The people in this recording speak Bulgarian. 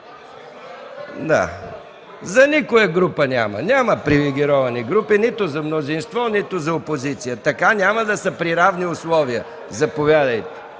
За никоя група няма! Няма привилегировани групи – няма за мнозинство, няма за опозиция! Ако има, то няма да са при равни условия. Заповядайте.